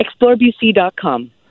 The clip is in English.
ExploreBC.com